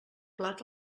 plat